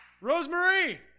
Rosemary